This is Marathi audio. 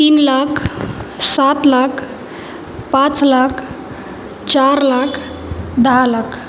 तीन लाख सात लाख पाच लाख चार लाख दहा लाख